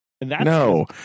No